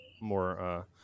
more